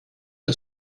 are